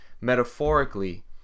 metaphorically